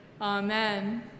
Amen